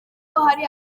hari